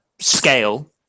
scale